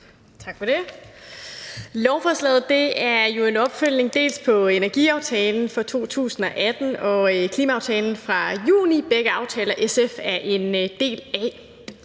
Tak for det. Lovforslaget er jo en opfølgning på energiaftalen fra 2018 og klimaaftalen fra juni, og begge aftaler er SF en del af.